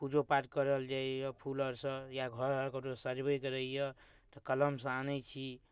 पूजो पाठ करल जाइ यऽ फूल आर सँ या घर आरके सजबैके रहै यऽ तऽ कलम सँ आनै छी